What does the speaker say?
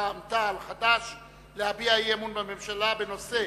רע"ם-תע"ל וחד"ש להביע אי-אמון בממשלה בנושא